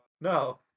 no